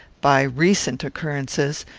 by recent occurrences,